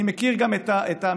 אני מכיר גם את האמירה,